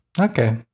okay